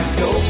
go